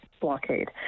blockade